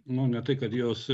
nu ne tai kad jos